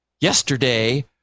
yesterday